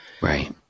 Right